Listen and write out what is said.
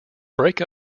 break